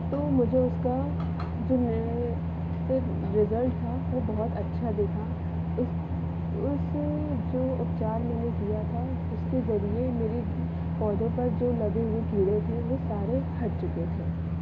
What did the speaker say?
तो मुझे उसका जो है फिर रिज़ल्ट था वो बहुत अच्छा दिखा उस उस जो उपचार मैंने किया था उसके ज़रिए मेरे पौधों पर जो लगे हुए कीड़े थे वो सारे हट चुके थे